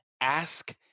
ask